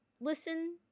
listen